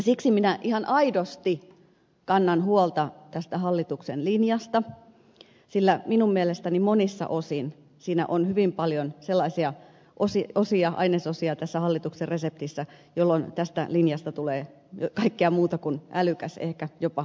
siksi minä ihan aidosti kannan huolta tästä hallituksen linjasta sillä minun mielestäni monissa osin siinä on hyvin paljon sellaisia osia ainesosia tässä hallituksen reseptissä joilla tästä linjasta tulee kaikkea muuta kuin älykäs ehkä jopa älytön